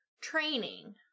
training